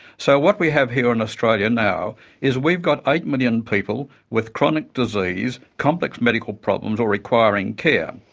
so what we have here in australia now is we've got eight million people with chronic disease, complex medical problems or requiring care.